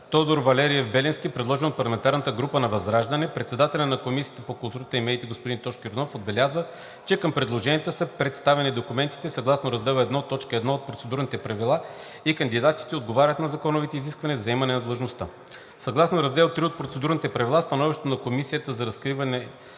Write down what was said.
Тодор Валериев Беленски, предложен от парламентарната група на ВЪЗРАЖДАНЕ. Председателят на Комисията по културата и медиите господин Тошко Йорданов отбеляза, че към предложенията са представени документите съгласно Раздел I, т. 1 от Процедурните правила и кандидатите отговарят на законовите изисквания за заемане на длъжността. Съгласно Раздел ІІІ от процедурните правила становището на Комисията за разкриване